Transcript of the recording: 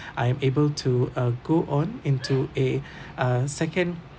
I am able to uh go on into a a second